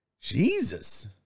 Jesus